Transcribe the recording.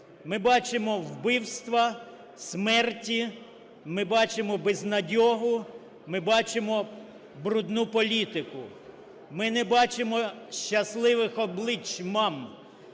Ми бачимо вбивства, смерті, ми бачимо безнадегу, ми бачимо брудну політику. Ми не бачимо щасливих облич мам.